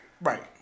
right